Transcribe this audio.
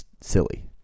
silly